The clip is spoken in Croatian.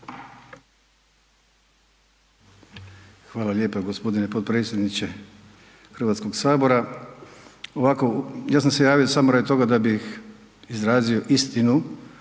Hvala lijepa gospodine podpredsjedniče Hrvatskog sabora. Ovako, ja sam se javio samo radi toga da bih izrazio istinu